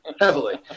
heavily